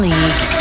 League